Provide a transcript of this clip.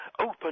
open